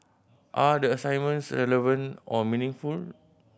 are the assignments relevant or meaningful